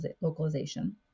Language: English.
localization